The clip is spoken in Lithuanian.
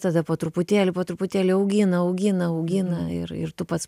tada po truputėlį po truputėlį augina augina augina ir ir tu pats